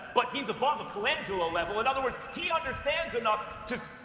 but, he's above a colangelo level. in other words, he understands enough to.